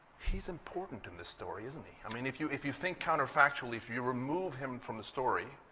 he's important in this story, isn't he? i mean, if you if you think counterfactually, if you remove him from the story,